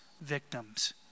victims